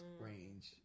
range